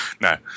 No